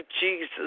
Jesus